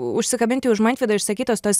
užsikabinti už mantvido išsakytos tos